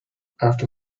after